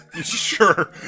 Sure